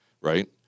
Right